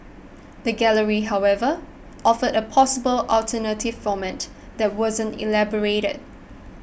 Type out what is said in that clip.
the gallery however offered a possible alternative format that wasn't elaborated